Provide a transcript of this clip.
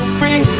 free